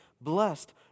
blessed